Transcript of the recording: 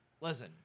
Listen